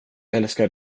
älskar